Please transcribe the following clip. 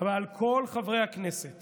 ועל כל חברי הכנסת